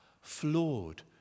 flawed